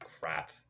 Crap